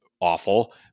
awful